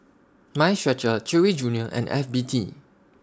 Mind Stretcher Chewy Junior and F B T